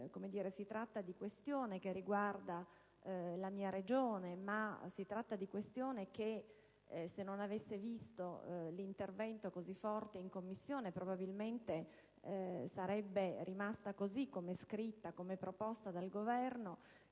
si tratta di questione che riguarda la mia Regione e che, se non avesse visto un intervento così forte in Commissione, probabilmente sarebbe rimasta così come scritta e proposta dal Governo.